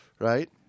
Right